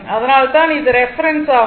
அதனால்தான் இது ரெபெரென்ஸ் ஆகும்